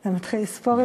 אתה מתחיל לספור לי?